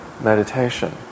meditation